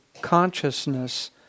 consciousness